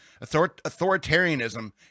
authoritarianism